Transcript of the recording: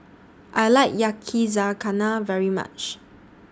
I like Yakizakana very much